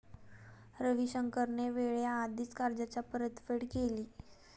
रविशंकरने वेळेआधीच कर्जाची परतफेड केली